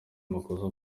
makosa